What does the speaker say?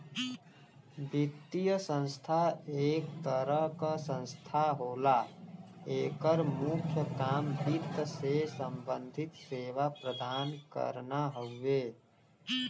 वित्तीय संस्था एक तरह क संस्था होला एकर मुख्य काम वित्त से सम्बंधित सेवा प्रदान करना हउवे